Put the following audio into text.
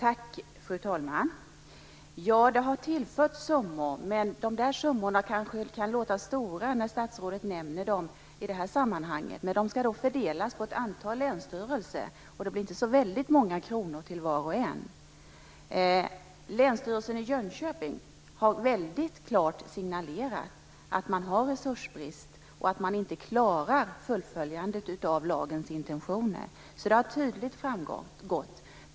Fru talman! Det har tillförts summor, men dessa summor kan verka stora när statsrådet nämner dem i detta sammanhang. Men de ska fördelas på ett antal länsstyrelser, och det blir inte så väldigt många kronor till var och en. Länsstyrelsen i Jönköping har väldigt klart signalerat att man har resursbrist och att man inte klarar fullföljandet av lagens intentioner. Det har tydligt framgått.